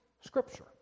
Scripture